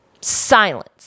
Silence